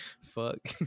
Fuck